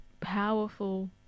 powerful